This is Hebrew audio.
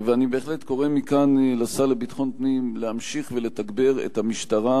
ואני בהחלט קורא מכאן לשר לביטחון הפנים להמשיך ולתגבר את המשטרה,